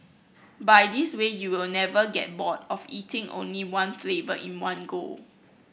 by this way you'll never get bored of eating only one flavour in one go